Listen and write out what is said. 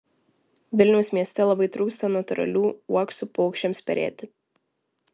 vilniaus mieste labai trūksta natūralių uoksų paukščiams perėti